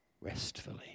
restfully